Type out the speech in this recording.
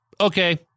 okay